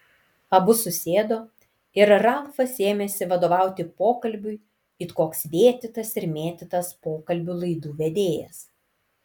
abu susėdo ir ralfas ėmėsi vadovauti pokalbiui it koks vėtytas ir mėtytas pokalbių laidų vedėjas